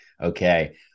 okay